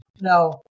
No